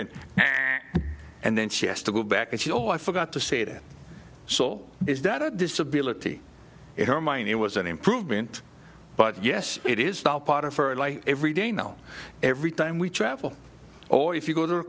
it and then she has to go back and she oh i forgot to say that so is that a disability in her mind it was an improvement but yes it is now part of her every day now every time we travel or if you go to the